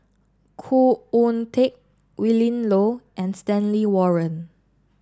Khoo Oon Teik Willin Low and Stanley Warren